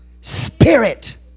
Spirit